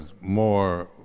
more